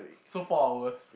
so four hours